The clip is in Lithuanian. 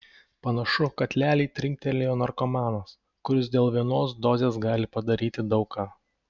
panašu kad lialiai trinktelėjo narkomanas kuris dėl vienos dozės gali padaryti daug ką